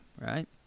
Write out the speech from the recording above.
right